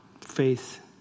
faith